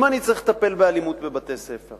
אם אני צריך לטפל באלימות בבתי-ספר,